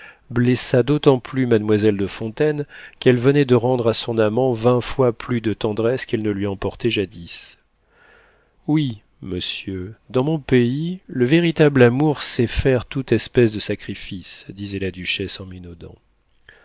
blessa d'autant plus mademoiselle de fontaine qu'elle venait de rendre à son amant vingt fois plus de tendresse qu'elle ne lui en portait jadis oui monsieur dans mon pays le véritable amour sait faire toute espèce de sacrifices disait la duchesse en